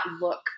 look